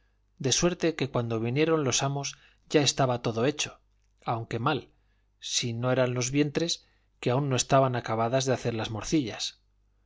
de suerte que cuando vinieron los amos ya estaba todo hecho aunque mal si no eran los vientres que aún no estaban acabadas de hacer las morcillas